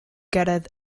gyrraedd